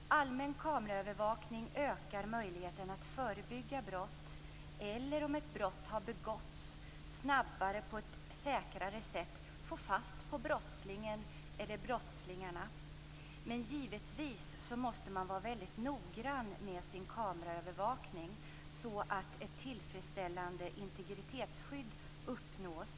Allmän kameraövervakning ökar möjligheterna att förebygga brott eller, om ett brott begåtts, att snabbare och på ett säkrare sätt få fast brottslingen eller brottslingarna. Men givetvis måste man vara väldigt noggrann med sin kameraövervakning så att ett tillfredsställande integritetsskydd uppnås.